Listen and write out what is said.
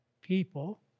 people